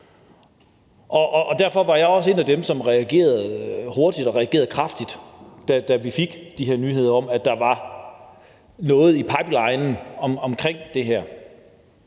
Derfor var jeg også en af dem, som reagerede hurtigt og reagerede kraftigt, da vi fik de her nyheder om, at der var noget i pipelinen om det her.